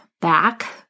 back